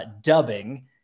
dubbing